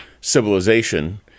civilization